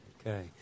Okay